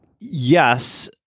Yes